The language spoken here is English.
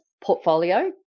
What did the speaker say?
portfolio